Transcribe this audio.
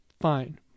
Fine